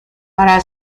para